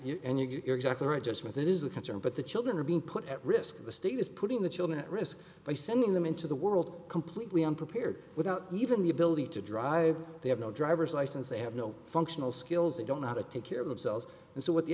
and you're exactly right just with it is a concern but the children are being put at risk the state is putting the children at risk by sending them into the world completely unprepared without even the ability to drive they have no driver's license they have no functional skills they don't know how to take care of themselves and so what the